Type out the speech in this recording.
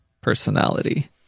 personality